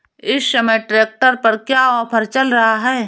इस समय ट्रैक्टर पर क्या ऑफर चल रहा है?